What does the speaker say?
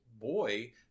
boy